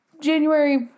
January